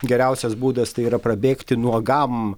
geriausias būdas tai yra prabėgti nuogam